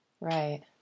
right